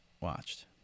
watched